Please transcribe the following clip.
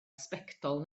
sbectol